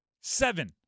Seven